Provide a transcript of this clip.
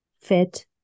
fit